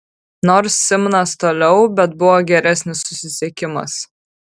nors simnas toliau bet buvo geresnis susisiekimas